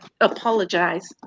apologize